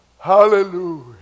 Hallelujah